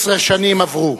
15 שנים עברו